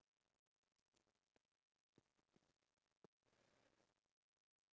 about the people that are around us to start a conversation